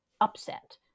upset